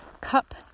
Cup